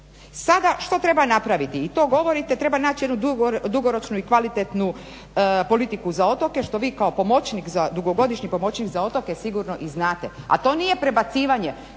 Sada što treba napraviti? I to govorite, treba naći jednu dugoročnu i kvalitetnu politiku za otoke što vi kao pomoćnik, dugogodišnji pomoćnik za otoke sigurno i znate a to nije prebacivanje